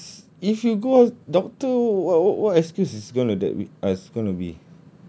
ya but it's if you go doctor wha~ what excuse he's gonna that ah gonna be